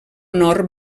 nord